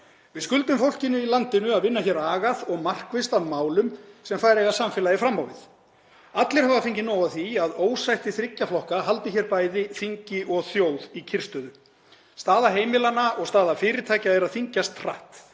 Við skuldum fólkinu í landinu að vinna hér agað og markvisst að málum sem færa eiga samfélagið fram á við. Allir hafa fengið nóg af því að ósætti þriggja flokka haldi bæði þingi og þjóð í kyrrstöðu. Staða heimilanna og staða fyrirtækja er að þyngjast hratt.